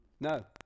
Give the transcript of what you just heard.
No